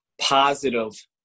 positive